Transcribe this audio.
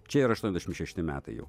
čia yra aštuoniasdešimt šešti metai jau